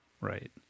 Right